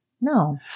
No